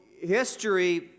history